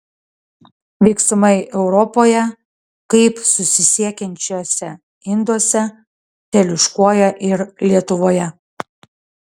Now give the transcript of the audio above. vyksmai europoje kaip susisiekiančiuose induose teliūškuoja ir lietuvoje